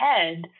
head